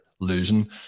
losing